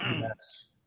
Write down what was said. Yes